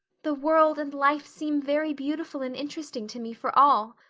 the world and life seem very beautiful and interesting to me for all.